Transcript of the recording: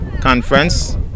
conference